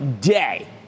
day